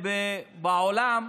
בעולם,